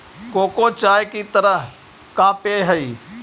cocoa चाय की तरह का पेय हई